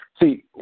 See